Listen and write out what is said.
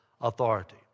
authority